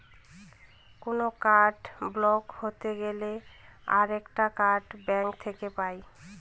কোনো card block হতে গেলে আরেকটা কার্ড ব্যাঙ্ক থেকে পাই